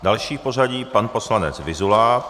Další v pořadí, poslanec Vyzula.